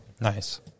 nice